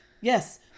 Yes